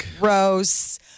gross